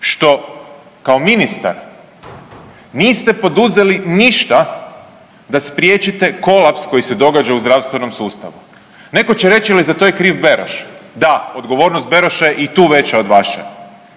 što kao ministar niste poduzeli ništa da spriječite kolaps koji se događa u zdravstvenom sustavu. Netko će reći ali za to je kriv Beroš. Da odgovornost Beroša je i tu veća od vaše,